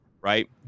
right